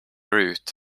ruth